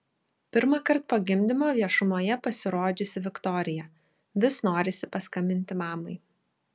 pirmąkart po gimdymo viešumoje pasirodžiusi viktorija vis norisi paskambinti mamai